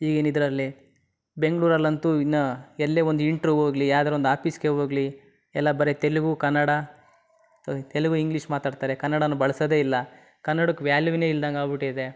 ಈಗಿನ ಇದರಲ್ಲಿ ಬೆಂಗಳೂರಲ್ಲಂತೂ ಇನ್ನೂ ಎಲ್ಲೇ ಒಂದು ಇಂಟ್ರೂ ಹೋಗ್ಲಿ ಯಾವ್ದಾರೂ ಒಂದು ಆಪೀಸ್ಗೇ ಹೋಗ್ಲಿ ಎಲ್ಲ ಬರೀ ತೆಲುಗು ಕನ್ನಡ ತೆಲುಗು ಇಂಗ್ಲೀಷ್ ಮಾತಾಡ್ತಾರೆ ಕನ್ನಡಾನ್ನ ಬಳ್ಸೋದೇ ಇಲ್ಲ ಕನ್ನಡಕ್ಕೆ ವ್ಯಾಲ್ಯುನೇ ಇಲ್ದಂಗೆ ಆಗ್ಬಿಟ್ಟಿದೆ